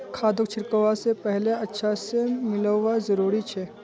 खादक छिड़कवा स पहले अच्छा स मिलव्वा जरूरी छ